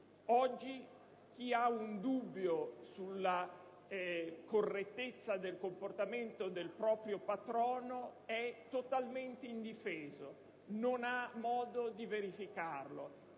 Oggi chi ha un dubbio sulla correttezza del comportamento del proprio patrono è totalmente indifeso, non ha modo di verificarlo.